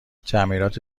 تعمیرات